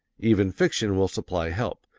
even fiction will supply help,